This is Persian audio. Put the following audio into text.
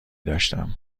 داشتم